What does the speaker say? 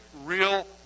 real